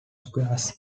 squares